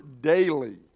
daily